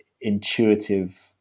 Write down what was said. intuitive